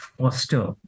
foster